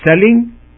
selling